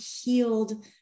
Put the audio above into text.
healed